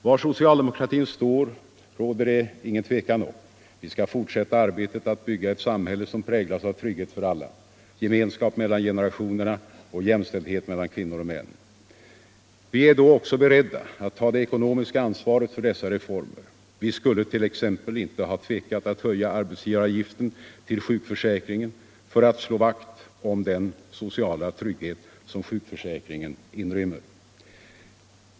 Var socialdemokratin står råder det inget tvivel om. Vi skall fortsätta arbetet att bygga ett samhälle som präglas av trygghet för alla, gemenskap mellan generationerna och jämställdhet mellan kvinnor och män. Vi är då också beredda att ta det ekonomiska ansvaret för dessa reformer. Vi skulle t.ex. inte ha tvekat att höja arbetsgivaravgiften till sjukförsäkringen för att slå vakt om den sociala trygghet som sjukförsäkringen inrymmer.